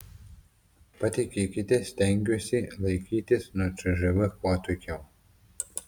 patikėkite stengiuosi laikytis nuo cžv kuo atokiau